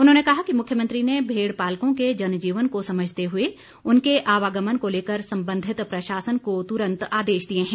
उन्होंने कहा कि मुख्यमंत्री ने भेड़ पालकों के जनजीवन को समझते हुए उनके आवागमन को लेकर संबंधित प्रशासन को तुरंत आदेश दिए हैं